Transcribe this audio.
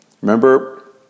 Remember